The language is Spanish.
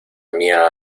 mía